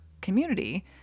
community